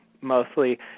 mostly